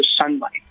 sunlight